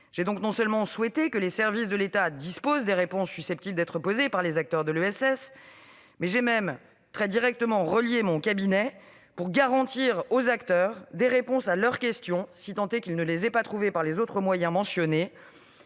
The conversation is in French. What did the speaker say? J'ai donc non seulement souhaité que les services de l'État disposent des réponses susceptibles d'être posées par les acteurs de l'ESS, mais aussi très directement missionné mon cabinet, pour garantir aux acteurs des réponses à leurs questions, si tant est qu'ils ne les aient pas trouvées par les autres moyens mentionnés.